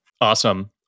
Awesome